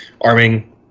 arming